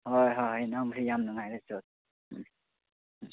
ꯍꯣꯏ ꯍꯣꯏ ꯍꯣꯏ ꯅꯪꯕꯨꯁꯨ ꯌꯥꯝ ꯅꯨꯡꯉꯥꯏꯅ